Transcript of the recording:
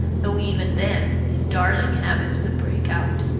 though even then his darling habits would break out.